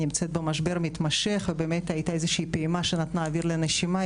היא נמצאת במשבר מתמשך ובאמת הייתה איזושהי פעימה שנתנה אוויר לנשימה,